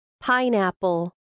pineapple